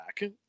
back